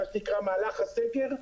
במהלך הסגר,